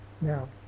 Now